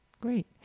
Great